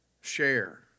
share